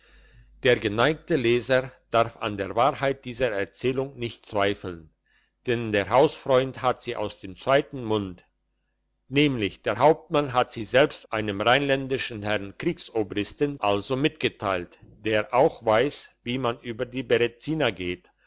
der geneigte leser darf an der wahrheit dieser erzählung nicht zweifeln denn der hausfreund hat sie aus dem zweiten mund nämlich der hauptmann hat sie selbst einem rheinländischen herrn kriegsobristen also mitgeteilt der auch weiss wie man über die berezina geht